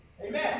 Amen